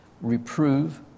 reprove